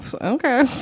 okay